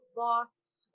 lost